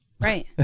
right